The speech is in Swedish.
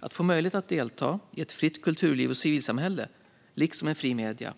Att få möjlighet att delta i ett fritt kulturliv och civilsamhälle, liksom fria medier,